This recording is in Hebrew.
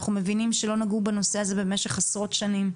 אנחנו מבינים שלא נגעו בנושא הזה במשך עשרות שנים.